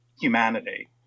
humanity